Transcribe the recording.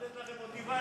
לתת לכם מוטיבציה,